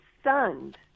stunned